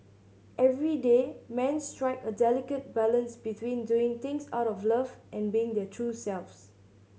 everyday men strike a delicate balance between doing things out of love and being their true selves